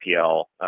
PL